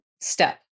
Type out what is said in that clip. Step